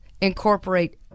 incorporate